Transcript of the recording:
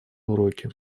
уроки